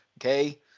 okay